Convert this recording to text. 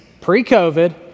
Pre-COVID